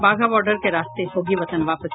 बाघा border के रास्ते होगी वतन वापसी